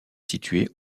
située